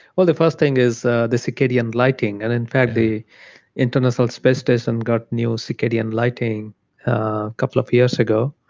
well, the first thing is the the circadian lighting. and in fact, the international space station and got new circadian lighting a couple of years ago.